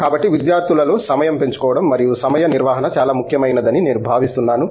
కాబట్టి విద్యార్థులలో సమయం పంచుకోవడం మరియు సమయ నిర్వహణ చాలా ముఖ్యమైనదని నేను భావిస్తున్నాను